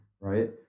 right